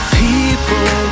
people